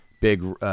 big